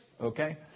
Okay